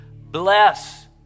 Bless